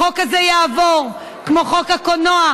החוק הזה יעבור, כמו חוק הקולנוע.